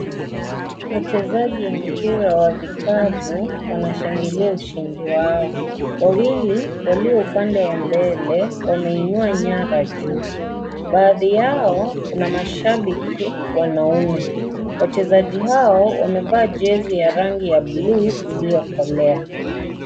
Wachezaji wa mpira wa vikapu wanashangilia ushindi wao. Wawili walio upande wa mbele wanainua nyara juu. Baadhi yao kuna mashabiki wanaume. Wachezaji hao wamevaa jezi ya rangi ya buluu iliyokolea.